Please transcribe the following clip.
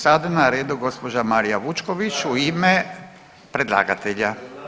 Sada je na redu gospođa Marija Vučković u ime predlagatelja.